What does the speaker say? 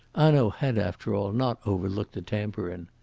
hanaud had after all not overlooked the tambourine.